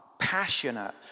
Passionate